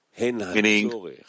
meaning